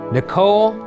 Nicole